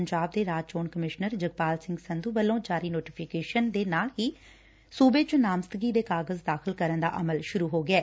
ਪੰਜਾਬ ਦੇ ਰਾਜ ਚੋਣ ਕਮਿਸ਼ਨਰ ਜਗਪਾਲ ਸਿੰਘ ਸੰਧੁ ਵੱਲੋਂ ਜਾਰੀ ਨੋਟੀਫਿਕੇਸ਼ਨ ਦੇ ਨਾਲ ਹੀ ਸੁਬੇ ਚ ਨਾਮਜ਼ਦਗੀ ਦੇ ਕਾਗਜ਼ ਦਾਖ਼ਲ ਕਰਨ ਦਾ ਅਮਲ ਸ਼ਰੂ ਹੋ ਗਿਐ